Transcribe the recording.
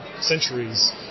centuries